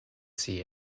see